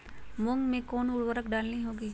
मूंग में कौन उर्वरक डालनी होगी?